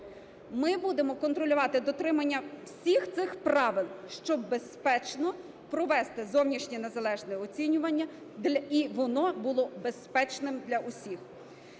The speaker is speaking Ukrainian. Ми будемо контролювати дотримання всіх цих правил, щоб безпечно провести зовнішнє незалежне оцінювання, і воно було безпечним для усіх.